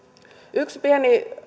yksi pieni